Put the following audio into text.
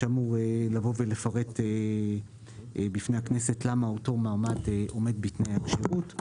שאמור לבוא ולפרט בפני הכנסת למה אותו מעמד עומד בתנאי הכשירות.